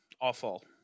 Awful